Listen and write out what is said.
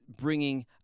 bringing